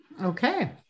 Okay